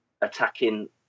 attacking